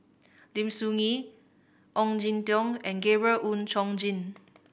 Lim Soo Ngee Ong Jin Teong and Gabriel Oon Chong Jin